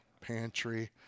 pantry